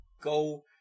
go